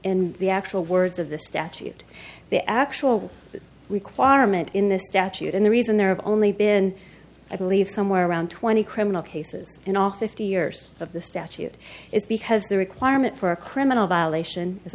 the actual words of the statute the actual requirement in the statute and the reason there have only been i believe somewhere around twenty criminal cases in off if two years of the statute it's because the requirement for a criminal violation as